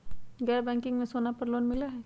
गैर बैंकिंग में सोना पर लोन मिलहई?